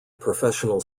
professional